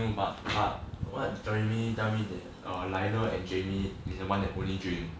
no but but what jamie tell me that err lionel and jamie is the one that only drink